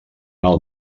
alt